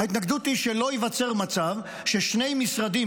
ההתנגדות היא שלא ייווצר מצב ששני משרדים,